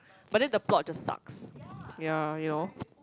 but then the plot just sucks ya you know